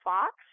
Fox